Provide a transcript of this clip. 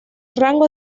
rango